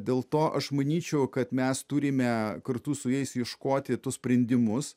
dėl to aš manyčiau kad mes turime kartu su jais ieškoti tuos sprendimus